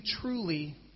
truly